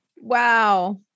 Wow